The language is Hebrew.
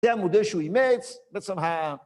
זה המודל שהוא אימץ, ???.